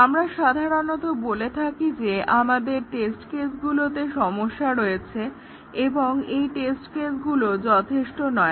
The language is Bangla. আমরা সাধারণত বলে থাকি যে আমাদের টেস্ট কেসগুলোতে সমস্যা রয়েছে এবং এই টেস্টগুলো যথেষ্ট নয়